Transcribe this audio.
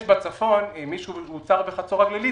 יש בצפון מי שאותר בחצור הגלילית,